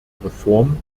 reform